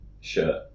shirt